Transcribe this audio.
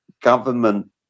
government